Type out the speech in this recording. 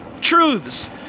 truths